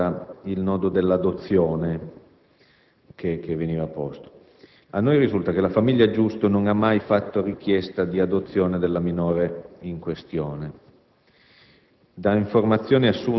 La prima questione riguarda il nodo dell'adozione. A noi risulta che la famiglia Giusto non ha mai fatto richiesta di adozione della minore in questione;